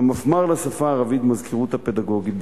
המפמ"ר לשפה הערבית במזכירות הפדגוגית,